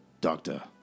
Doctor